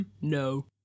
no